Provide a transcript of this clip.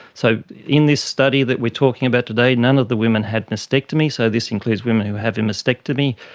so in this study that we are talking about today, none of the women had mastectomy, so this includes women who have a mastectomy,